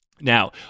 Now